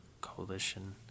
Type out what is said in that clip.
coalition